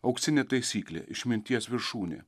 auksinė taisyklė išminties viršūnė